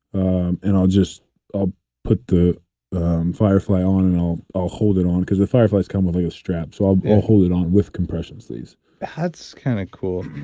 um and i'll just ah put the firefly on and i'll i'll hold it on. because fireflies come with like a strap. so i'll i'll hold it on with compression sleeves that's cool.